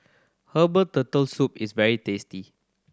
herbal Turtle Soup is very tasty